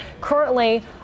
currently